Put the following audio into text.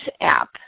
app